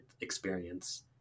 experience